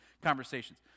conversations